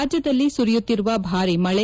ರಾಜ್ಯದಲ್ಲಿ ಸುರಿಯುತ್ತಿರುವ ಭಾರೀ ಮಳೆ